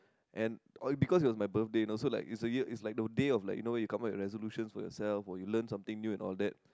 and all because it was my birthday know so like it's a year it's like the day of like you know you come up with resolutions for yourself or you learn something new all that